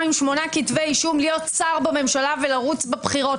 עם שמונה כתבי אישום להיות שר בממשלה ולרוץ בבחירות,